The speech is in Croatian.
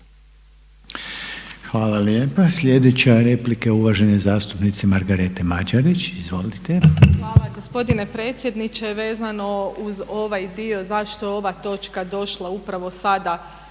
Hvala lijepa. Sljedeća replika je uvažene zastupnice Margarete Mađerić. Izvolite. **Mađerić, Margareta (HDZ)** Hvala gospodine predsjedniče. Vezano uz ovaj dio zašto je ova točka došla upravo sada